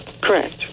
Correct